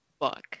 fuck